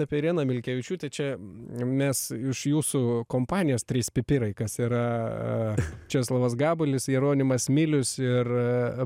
apie ireną milkevičiūtę čia mes iš jūsų kompanijos trys pipirai kas yra česlovas gabalis jeronimas milius ir